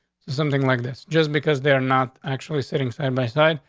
something like this. just because they're not actually sitting side by side.